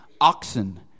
Oxen